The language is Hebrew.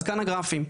כאן הגרפים.